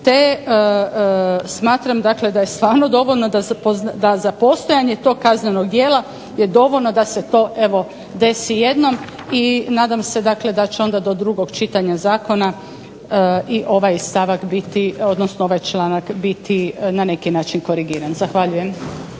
te smatram dakle da je stvarno dovoljno da za postojanje tog kaznenog djela je dovoljno da se to evo desi jednom. I nadam se dakle da će onda do drugog čitanja zakona i ovaj stavak biti, odnosno ovaj članak biti na neki način korigiran. Zahvaljujem.